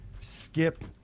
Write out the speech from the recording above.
skip –